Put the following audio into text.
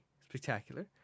spectacular